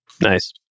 Nice